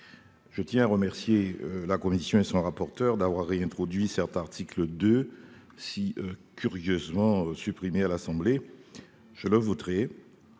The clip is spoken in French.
Je remercie la commission et son rapporteur d'avoir réintroduit cet article 2, si curieusement supprimé à l'Assemblée nationale. Je le voterai,